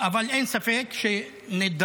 אבל אין ספק שנדרש